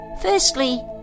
Firstly